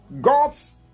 God's